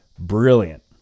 Brilliant